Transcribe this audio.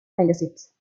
magazines